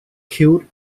killed